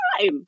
time